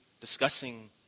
discussing